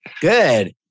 Good